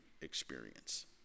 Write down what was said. experience